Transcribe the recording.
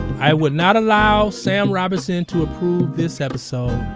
i would not allow sam robinson to approve this episode.